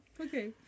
Okay